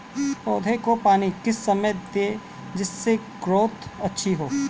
पौधे को पानी किस समय दें जिससे ग्रोथ अच्छी हो?